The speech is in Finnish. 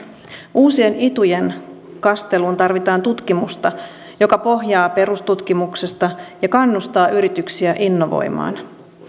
uusien itujen kasteluun tarvitaan tutkimusta joka pohjaa perustutkimukseen ja kannustaa yrityksiä innovoimaan